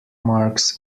marks